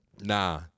Nah